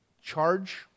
charge